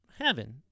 heaven